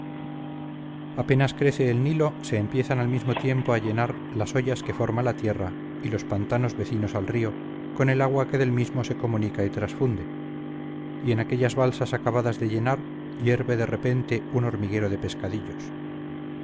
apenas crece el nilo se empiezan al mismo tiempo a llenarse las hoyas que forma la tierra y los pantanos vecinos al río con el agua que del mismo se comunica y transfunde y en aquellas balsas acabadas de llenar hierve de repente un hormiguero de pescadillos